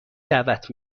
دعوت